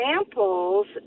examples